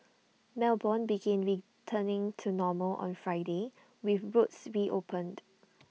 melbourne begin returning to normal on Friday with roads C reopened